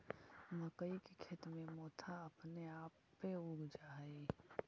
मक्कइ के खेत में मोथा अपने आपे उग जा हई